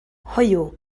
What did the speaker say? hoyw